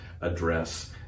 address